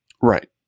Right